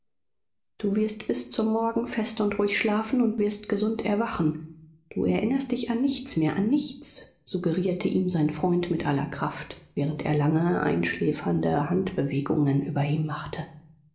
du wirst bis zum morgen fest und ruhig schlafen und wirst gesund erwachen du erinnerst dich an nichts mehr an nichts suggerierte ihm sein freund mit aller kraft während er lange einschläfernde handbewegungen über ihm machte